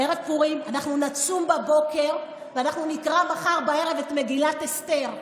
אנחנו נצום בבוקר ואנחנו נקרא מחר בערב את מגילת אסתר.